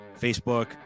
facebook